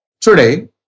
Today